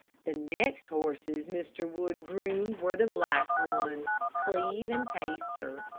the next horses mr. wood groomed were the black ones, cleve and pacer.